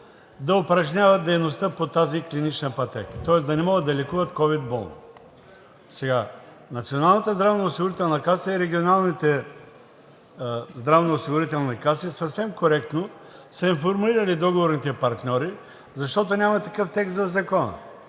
да упражняват дейността по тази клинична пътека, тоест да не могат да лекуват ковид болни. Националната здравноосигурителна каса и регионалните здравноосигурителни каси съвсем коректно са информирали договорните партньори, защото няма такъв текст в Закона.